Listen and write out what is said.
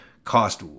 cost